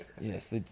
Yes